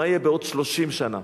מה יהיה בעוד 30 שנה.